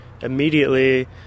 immediately